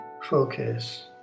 Focus